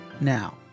now